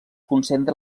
concentra